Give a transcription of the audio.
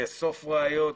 לאסוף ראיות,